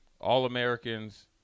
All-Americans